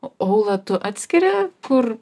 o ūla tu atskiri kur